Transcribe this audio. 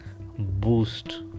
boost